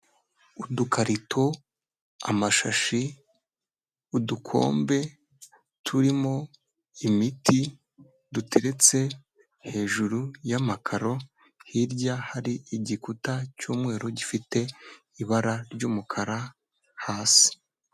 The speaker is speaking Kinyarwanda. Udukarito, amashashi, udukombe, turimo imiti duteretse hejuru y'amakaro hirya hari igikuta cy'umweru gifite ibara ry'umukara hasi.